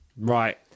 Right